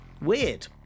weird